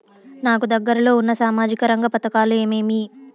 నాకు దగ్గర లో ఉన్న సామాజిక రంగ పథకాలు ఏమేమీ?